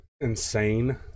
insane